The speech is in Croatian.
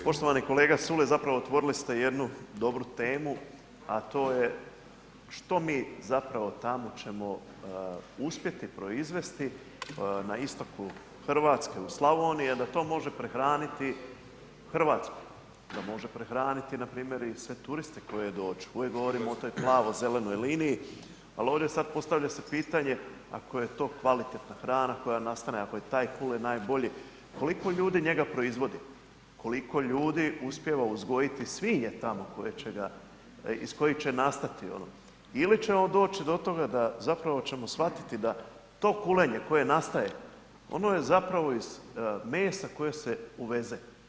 Poštovani kolega Culej, zapravo otvorili ste jednu dobru temu, a to je što mi zapravo tamo ćemo uspjeti proizvesti na istoku RH, u Slavoniji, a da to može prehraniti RH, da može prehraniti npr. i sve turiste koji dođu, uvijek govorimo o toj plavo zelenoj liniji, al ovdje sad postavlja se pitanje ako je to kvalitetna hrana koja nastane, ako je taj kulen najbolji, koliko ljudi njega proizvodi, koliko ljudi uspijeva uzgojiti svinje tamo koje će ga, iz kojih će nastati ono ili ćemo doći do toga da zapravo ćemo shvatiti da to kulenje koje nastaje, ono je zapravo iz mesa koje se uveze.